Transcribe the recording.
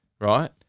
Right